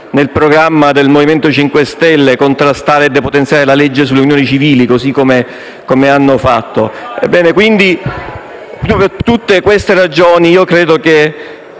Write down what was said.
Grazie,